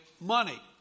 money